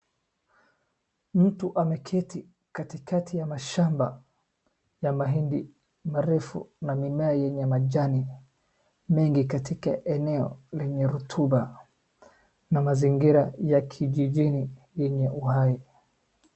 Mtu ameketi katikati ya mashamba ya mahindi marefu na mimea yenye majani mengi katika eneo lenye rutuba na mazingira ya kijijini yenye uhai.